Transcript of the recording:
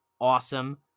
Awesome